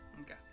Okay